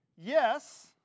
yes